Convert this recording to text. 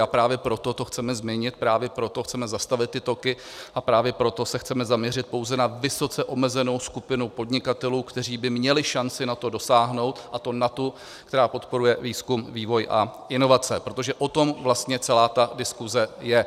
A právě proto to chceme změnit, právě proto chceme zastavit ty toky a právě proto se chceme zaměřit pouze na vysoce omezenou skupinu podnikatelů, kteří by měli šanci na to dosáhnout, a to na tu, která podporuje výzkum, vývoj a inovace, protože o tom celá ta diskuse je.